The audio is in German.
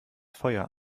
feuer